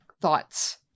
Thoughts